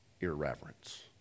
irreverence